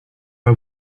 pas